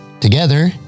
together